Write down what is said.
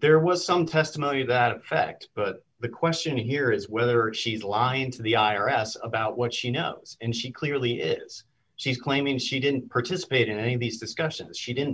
there was some testimony of that fact but the question here is whether she's lying to the i r s about what she knows and she clearly is she's claiming she didn't participate in any of these discussions she didn't